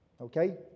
Okay